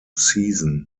season